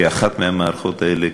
כאחת מהמערכות האלה,